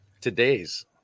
today's